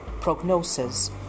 Prognosis